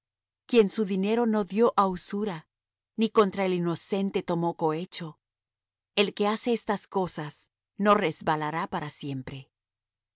quien su dinero no dió á usura ni contra el inocente tomó cohecho el que hace estas cosas no resbalará para siempre